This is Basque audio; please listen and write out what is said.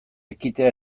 ekitea